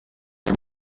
her